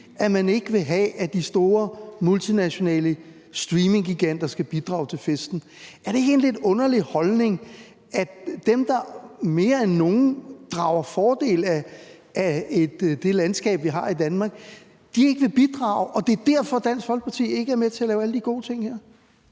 man ikke vil have, at de store multinationale streaminggiganter skal bidrage til festen. Er det ikke en lidt underlig holdning at have, at fordi dem, der mere end nogen anden drager fordel af det landskab, vi har i Danmark, ikke vil bidrage, så vil Danmarksdemokraterne ikke være med til at lave alle de gode ting her?